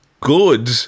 good